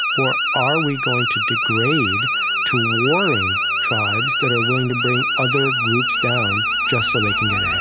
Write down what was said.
or are we going to degrade to warring tribes that are willing to bring other groups down just so they can get ahead?